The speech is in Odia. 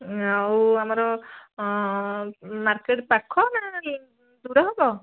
ଆଉ ଆମର ମାର୍କେଟ ପାଖ ନା ଦୂର ହେବ